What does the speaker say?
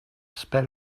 sped